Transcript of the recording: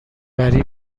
وری